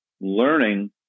learning